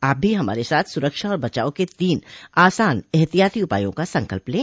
आप भी हमारे साथ सुरक्षा और बचाव के तीन आसान एहतियाती उपायों का संकल्प लें